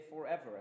forever